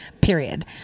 period